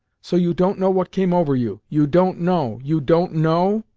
so you don't know what came over you you don't know, you don't know?